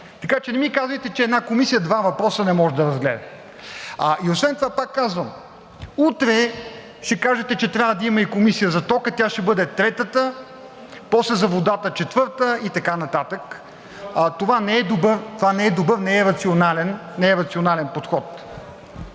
Така че не ми казвайте, че една Комисия два въпроса не може да разгледа и освен това, пак казвам, утре ще кажете, че трябва да има и Комисия за тока, тя ще бъде третата, после за водата четвърта и така нататък, а това не е добър, не е рационален подход.